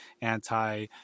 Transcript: anti